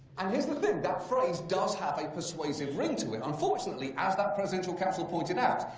and here's the thing, that phrase does have a persuasive ring to it. unfortunately, as that presidential counsel pointed out,